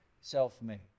self-made